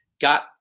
got